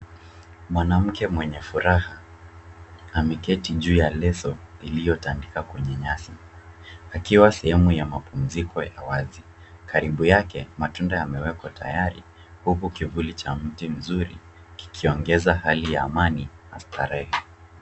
Mwanamke mwenye furaha ameketi juu ya leso iliyotandikwa kwenye nyasi akiwa sehemu ya mapumziko ya wazi. Karibu yake matunda yamewekwa tayari, huku kivuli cha mti mzuri kikiongeza hali ya amani na starehe.